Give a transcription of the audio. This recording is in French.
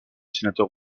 sénateur